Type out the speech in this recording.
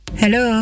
hello